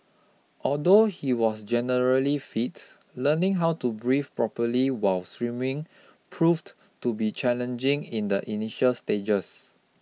although he was generally fit learning how to breathe properly while swimming proved to be challenging in the initial stages